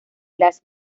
las